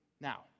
now